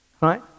right